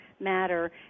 matter